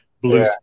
Blue